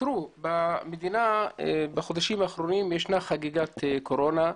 במדינה בחודשים האחרונים יש חגיגת קורונה,